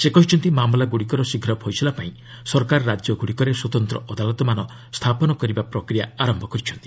ସେ କହିଛନ୍ତି ମାମଲାଗୁଡ଼ିକର ଶୀଘ୍ର ଫଇସଲା ପାଇଁ ସରକାର ରାଜ୍ୟଗୁଡ଼ିକରେ ସ୍ୱତନ୍ତ ଅଦାଲତମାନ ସ୍ଥାପନ କରିବା ପ୍ରକ୍ରିୟା ଆରମ୍ଭ କରିଛନ୍ତି